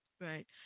Right